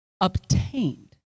obtained